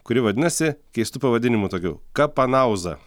kuri vadinasi keistu pavadinimu tokiu kapanauza